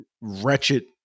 wretched